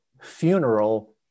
funeral